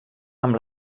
amb